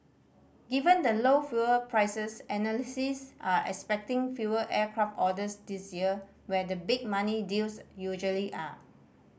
given the low fuel prices analysts are expecting fewer aircraft orders this year where the big money deals usually are